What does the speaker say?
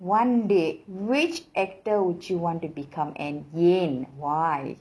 one day which actor would you want to become and ஏன்:yaen why